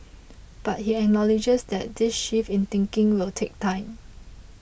but he acknowledges that this shift in thinking will take time